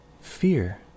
Fear